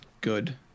good